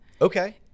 Okay